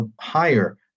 higher